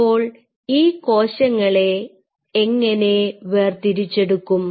അപ്പോൾ ഈ കോശങ്ങളെ എങ്ങനെ വേർതിരിച്ചെടുക്കും